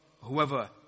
whoever